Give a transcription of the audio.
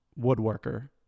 woodworker